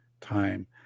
time